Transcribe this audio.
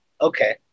Okay